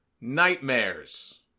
Nightmares